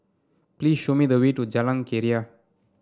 please show me the way to Jalan Keria